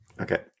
Okay